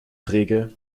träge